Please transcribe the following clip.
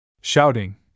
Shouting